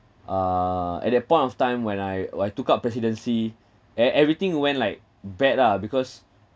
uh at that point of time when I when I took up presidency e~ everything went like bad lah because